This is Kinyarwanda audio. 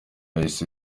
yahise